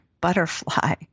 butterfly